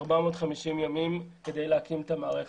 450 ימים כדי להקים את המערכת.